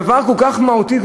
דבר כל כך מהותי,